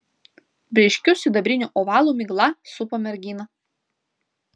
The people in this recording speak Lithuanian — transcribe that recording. blyškiu sidabriniu ovalu migla supo merginą